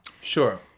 Sure